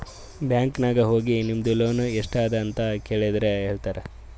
bank ನಾಗ್ ಹೋಗಿ ನಿಮ್ದು ಲೋನ್ ಎಸ್ಟ್ ಅದ ಅಂತ ಕೆಳುರ್ ಹೇಳ್ತಾರಾ